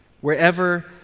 wherever